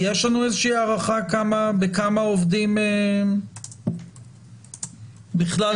יש לנו איזושהי הערכה בכמה עובדים בכלל מדובר?